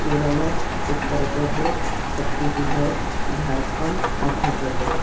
Kerala Uttar Pradesh Chhattisgarh Jharkhand Madhya Pradesh